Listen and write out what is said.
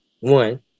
One